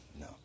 no